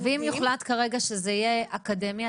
ואם יוחלט כרגע שזה יהיה אקדמיה,